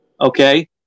Okay